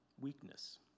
weakness